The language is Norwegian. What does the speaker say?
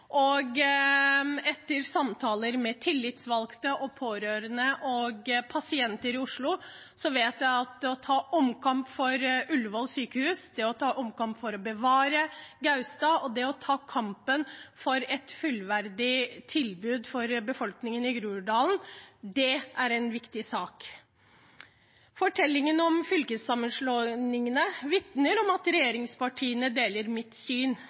Etter samtaler med tillitsvalgte, pårørende og pasienter i Oslo vet jeg at å ta omkamp for Ullevål sykehus, det å ta omkamp for å bevare Gaustad og ta kampen for et fullverdig tilbud for befolkningen i Groruddalen er en viktig sak. Fortellingen om fylkessammenslåingene vitner om at regjeringspartiene deler mitt syn.